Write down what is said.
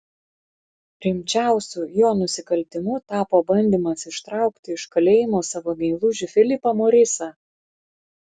rimčiausiu jo nusikaltimu tapo bandymas ištraukti iš kalėjimo savo meilužį filipą morisą